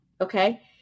Okay